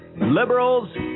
Liberals